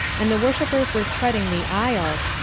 and the worshippers were treading the aisles,